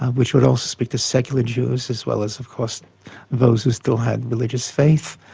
which would also speak to secular jews as well as of course those who still had religious faith.